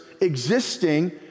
existing